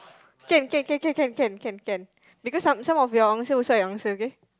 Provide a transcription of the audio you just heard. can can can can can can can because some some of your answer also I answer okay